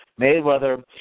Mayweather